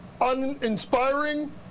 uninspiring